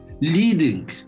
leading